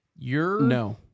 No